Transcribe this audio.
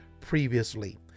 previously